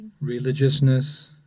religiousness